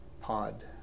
Pod